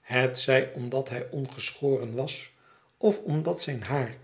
hetzij omdat hij ongeschoren was of omdat zijn haar